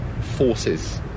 forces